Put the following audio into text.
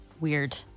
weird